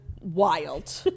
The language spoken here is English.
wild